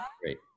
Great